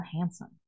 handsome